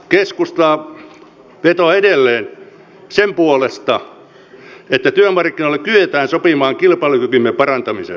keskusta vetoaa edelleen sen puolesta että työmarkkinoilla kyetään sopimaan kilpailukykymme parantamisesta